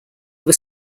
were